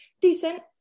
decent